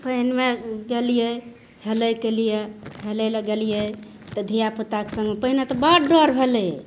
पानिमे गेलियै हेलैके लिए हेलै लए गेलियै तऽ धियापुताके सङ्ग पहिने तऽ बड डर भेलै